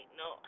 no